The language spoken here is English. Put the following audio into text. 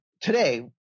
today